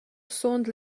sundel